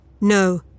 No